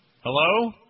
Hello